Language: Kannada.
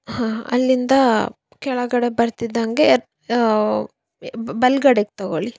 ಹಾಂ ಅಲ್ಲಿಂದ ಕೆಳಗಡೆ ಬರ್ತಿದ್ದ ಹಾಗೆ ಬಲ್ಗಡೆಗೆ ತೊಗೊಳ್ಳಿ